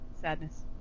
Sadness